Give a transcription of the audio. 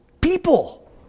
people